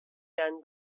done